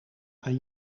aan